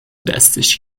دستش